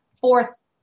fourth